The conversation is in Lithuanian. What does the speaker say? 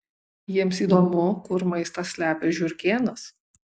jiems įdomu kur maistą slepia žiurkėnas